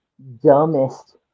Dumbest